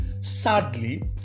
sadly